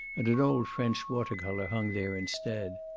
and an old french water-color hung there instead.